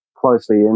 closely